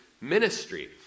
ministry